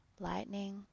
Lightning